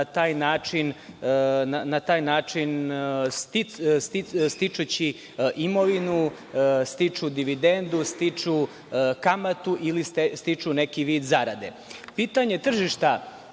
na taj način stičući imovinu, stiču dividendu, stiču kamatu ili stiču neki vid zarade. Pitanje tržišta